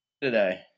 Today